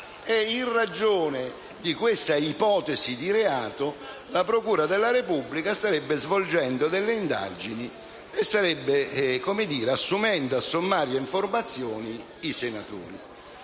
In ragione di questa ipotesi di reato la procura della Repubblica starebbe svolgendo delle indagini, assumendo a sommarie informazioni i senatori.